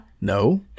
No